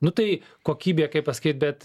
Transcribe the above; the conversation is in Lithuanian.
nu tai kokybė kaip pasakyt bet